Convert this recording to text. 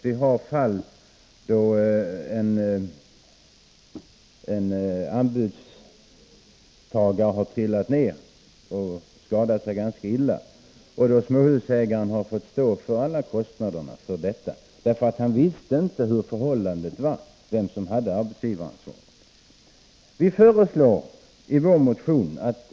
Vi har fall då en uppdragstagare har trillat ner och skadat sig ganska illa och då småhusägaren fått stå för alla kostnader, därför att han inte visste vem som hade arbetsgivaransvaret. Vi föreslår i vår motion följande.